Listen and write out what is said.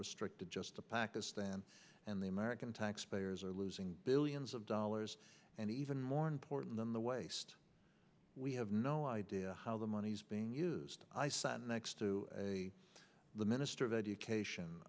restricted just to pakistan and the american taxpayers are losing billions of dollars and even more important than the waste we have no idea how the money's being used i sat next to the minister of education